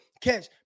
catch